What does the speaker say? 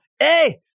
hey